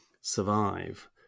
survive